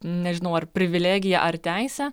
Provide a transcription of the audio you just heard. nežinau ar privilegija ar teise